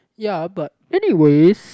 ya but anyways